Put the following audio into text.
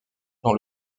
dans